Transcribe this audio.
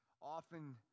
Often